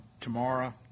tomorrow